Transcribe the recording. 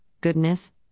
goodness